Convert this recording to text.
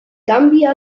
gambia